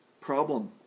problem